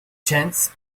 chance